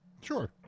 Sure